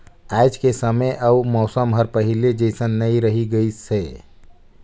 आयज के समे अउ मउसम हर पहिले जइसन नइ रही गइस हे